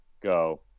go